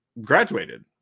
graduated